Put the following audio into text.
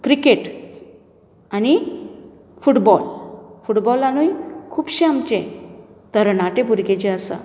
cricket आनी football फुटबॉलनूय खूबशे आमचे तरणाटे भुरगे जे आसा